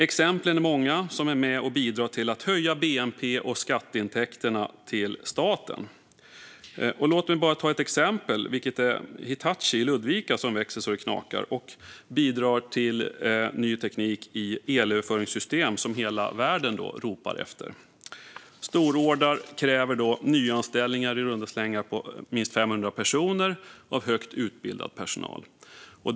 Exemplen är många på företag som är med och bidrar till att höja bnp och skatteinkomsterna till staten. Hitachi i Ludvika är ett. Det växer så det knakar och bidrar med teknik i elöverföringssystem som hela världen ropar efter. Storordrar kräver nyanställningar på i runda slängar 500 högt utbildade personer.